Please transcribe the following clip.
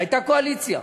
הייתה קואליציה,